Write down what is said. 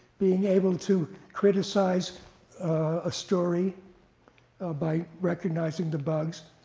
being able to criticize a story by recognizing the bugs.